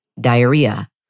diarrhea